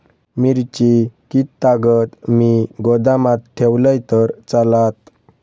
मिरची कीततागत मी गोदामात ठेवलंय तर चालात?